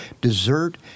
dessert